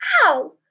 ow